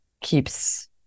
keeps